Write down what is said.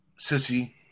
sissy